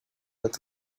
that